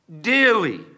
dearly